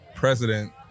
president